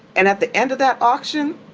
and at the end of that auction,